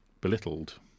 belittled